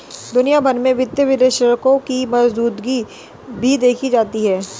दुनिया भर में वित्तीय विश्लेषकों की मौजूदगी भी देखी जाती है